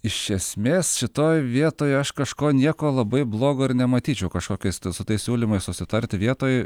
iš esmės šitoj vietoj aš kažko nieko labai blogo ir nematyčiau kažkokiais su tais siūlymais susitarti vietoj